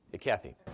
Kathy